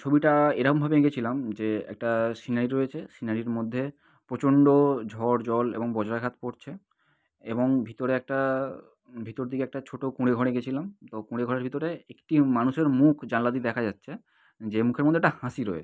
ছবিটা এরকমভাবে এঁকেছিলাম যে একটা সিনারি রয়েছে সিনারির মধ্যে প্রচণ্ড ঝড় জল এবং বজ্রাঘাত পড়ছে এবং ভিতরে একটা ভিতর দিকে একটা ছোট কুঁড়েঘর এঁকেছিলাম তো কুঁড়েঘরের ভিতরে একটি মানুষের মুখ জানলা দিয়ে দেখা যাচ্ছে যে মুখের মধ্যে একটা হাসি রয়েছে